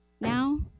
now